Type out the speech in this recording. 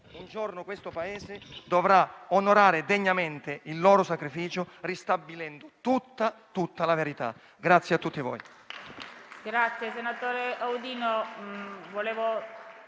Un giorno questo Paese dovrà onorare degnamente il loro sacrificio, ristabilendo tutta la verità.